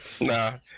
Nah